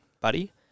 buddy